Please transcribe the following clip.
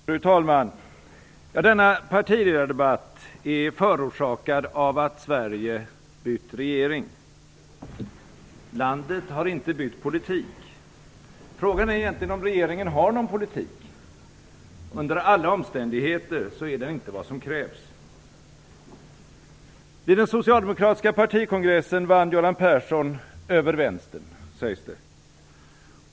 Fru talman! Denna partiledardebatt är förorsakad av att Sverige bytt regering. Landet har inte bytt politik. Frågan är om regeringen ens har någon politik. Under alla omständigheter är den inte vad som krävs. Göran Persson över Vänstern, sägs det.